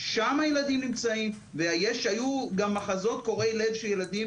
שם הילדים נמצאים והיו גם מחזות קורעי לב של ילדים